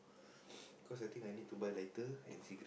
cause I think I need to buy lighter